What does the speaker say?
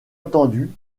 attendu